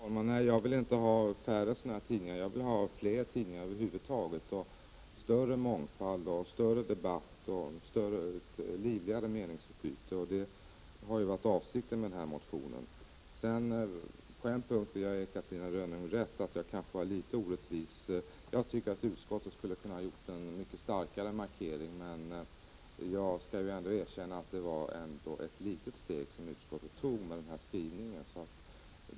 Herr talman! Jag vill inte ha färre personaltidningar. Jag vill ha fler tidningar över huvud taget, mer mångfald, större debatt och livligare meningsutbyte. Det har varit min avsikt med den här motionen. Jag vill på en punkt ge Catarina Rönnung rätt. Jag kanske var litet orättvis. Jag anser att utskottet skulle ha kunnat gjort en mycket starkare markering, men jag skall erkänna att det ändå var ett litet steg som utskottet tog i och med den här skrivningen.